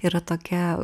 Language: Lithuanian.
yra tokia